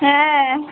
হ্যাঁ